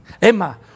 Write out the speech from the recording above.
Emma